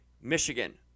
Michigan